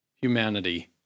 humanity